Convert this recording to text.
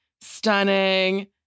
stunning